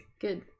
Good